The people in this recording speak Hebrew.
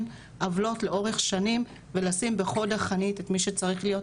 עוולות לאורך שנים ולשים בחוד החנית את מי שצריך להיות,